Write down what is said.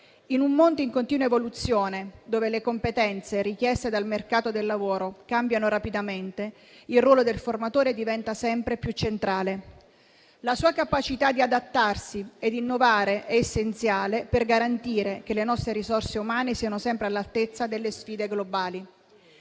In un mondo in continua evoluzione, dove le competenze richieste dal mercato del lavoro cambiano rapidamente, il ruolo del formatore diventa sempre più centrale e la sua capacità di adattarsi e innovare è essenziale per garantire che le nostre risorse umane siano sempre all'altezza delle sfide globali.